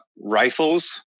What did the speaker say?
Rifles